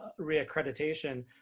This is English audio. reaccreditation